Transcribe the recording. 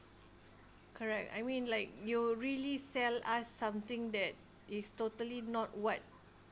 correct I mean like you'll really sell us something that is totally not what